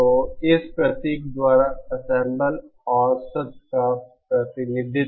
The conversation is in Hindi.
तो इस प्रतीक द्वारा एंसेंबल औसत का प्रतिनिधित्व